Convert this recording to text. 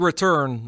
Return